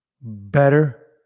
better